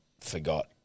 forgot